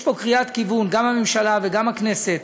יש פה קריאת כיוון: גם הממשלה וגם הכנסת